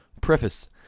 Preface